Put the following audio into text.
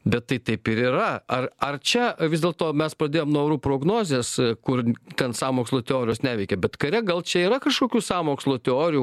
bet tai taip ir yra ar ar čia vis dėlto mes padėjom nuo orų prognozės kur ten sąmokslo teorijos neveikia bet kare gal čia yra kažkokių sąmokslo teorijų